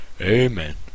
Amen